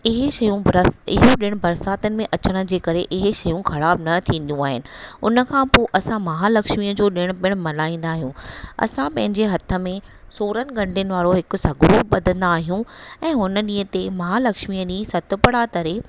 इहे शयूं भर्स इहे ॾिण बरसातियुनि में अचण जे करे इहे शयूं ख़राब़ु न थीदियूं आहिनि हुन खां पोइ असां महालक्ष्मीअ जो ॾिण पि्णि मल्हाईंदा आहियूं असां पंहिंजे हथ में सोरहंनि गंडियुनि वारो हिकु सॻिड़ो बधंदा आहियूं एं हुन ॾींहं ते महालक्ष्मीअ ॾींहुं सतपुड़ा तरे